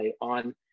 on